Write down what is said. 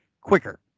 quicker